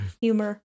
humor